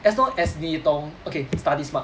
as long as 你懂 okay study smart